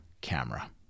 camera